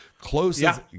closest